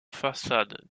façade